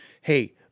hey